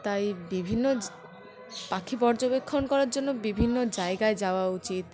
তাই বিভিন্ন পাখি পর্যবেক্ষণ করার জন্য বিভিন্ন জায়গায় যাওয়া উচিত